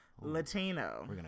Latino